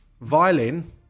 Violin